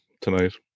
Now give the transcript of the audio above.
tonight